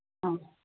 ꯑ